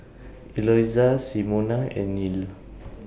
Eloisa Simona and Neal